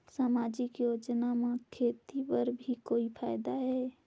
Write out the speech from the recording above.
समाजिक योजना म खेती बर भी कोई फायदा है?